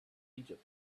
egypt